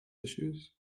issues